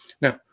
now